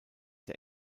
der